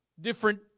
Different